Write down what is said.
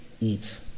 eat